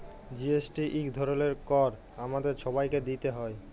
GST ইক ধরলের কর আমাদের ছবাইকে দিইতে হ্যয়